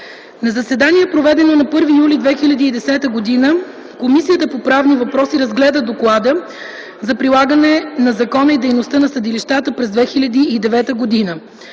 На заседание, проведено на 1 юли 2010 г., Комисията по правни въпроси разгледа Доклада за прилагането на закона и дейността на съдилищата през 2009 г.